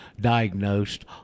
diagnosed